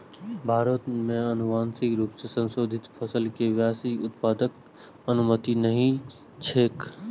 भारत मे आनुवांशिक रूप सं संशोधित फसल के व्यावसायिक उत्पादनक अनुमति नहि छैक